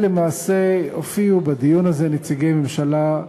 למעשה, הופיעו בדיון הזה נציגי ממשלה,